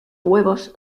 huevos